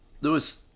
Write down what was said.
Lewis